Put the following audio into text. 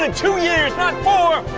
ah two years, not four, ah!